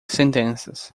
sentenças